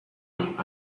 him